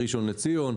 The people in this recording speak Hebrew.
בראשון לציון,